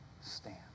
stand